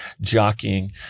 jockeying